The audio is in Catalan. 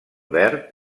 verd